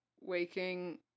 waking